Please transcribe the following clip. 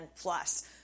Plus